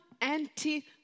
Anti